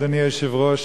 אדוני היושב-ראש,